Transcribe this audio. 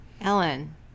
Ellen